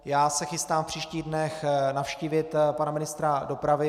Já se chystám v příštích dnech navštívit pana ministra dopravy.